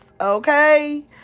Okay